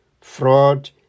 fraud